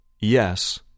Yes